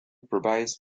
provides